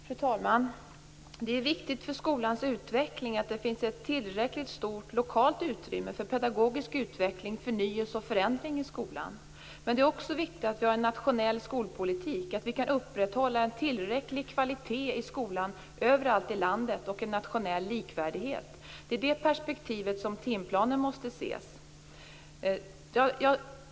Fru talman! Det är viktigt för skolans utveckling att det finns ett tillräckligt stort lokalt utrymme för pedagogisk utveckling, förnyelse och förändring i skolan, men det är också viktigt att vi har en nationell skolpolitik, att vi kan upprätthålla en tillräcklig kvalitet i skolan överallt i landet och en nationell likvärdighet. Det är i det perspektivet som timplanen måste ses.